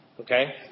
Okay